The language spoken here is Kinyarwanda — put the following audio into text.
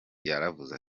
yaravuze